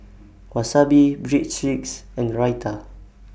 Wasabi Breadsticks and Raita